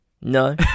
No